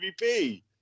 MVP